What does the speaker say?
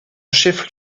chef